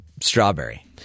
strawberry